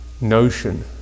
notion